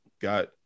got